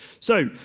so,